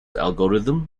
algorithm